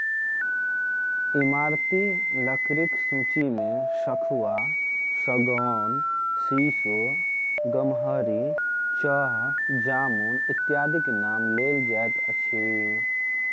ईमारती लकड़ीक सूची मे सखुआ, सागौन, सीसो, गमहरि, चह, जामुन इत्यादिक नाम लेल जाइत अछि